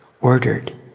ordered